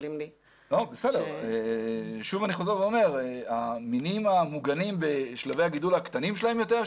אני חוזר ואומר שהמינים המוגנים בשלבי הגידול הקטנים שלהם יותר,